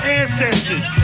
ancestors